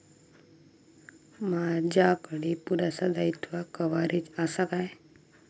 माजाकडे पुरासा दाईत्वा कव्हारेज असा काय?